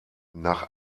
nach